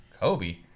Kobe